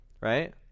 right